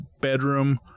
bedroom